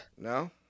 no